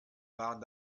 waren